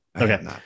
Okay